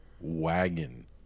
wagon